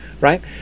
right